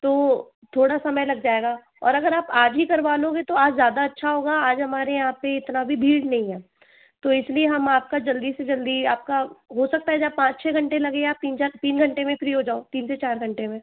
तो थोड़ा समय लग जाएगा और अगर आप आज ही करवा लोगे तो आज ज़्यादा अच्छा होगा आज हमारे यहाँ पे इतना भी भीड़ नहीं है तो इसीलिए हम आपका जल्दी से जल्दी आपका हो सकता है जहाँ पाँच छः घंटे लगें आप तीन चार तीन घंटे में फ़्री हो जाओ तीन से चार घंटे में